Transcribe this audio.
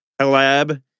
collab